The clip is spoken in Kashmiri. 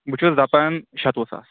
بہٕ چھُس دَپان شَتوُہ ساس